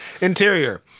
Interior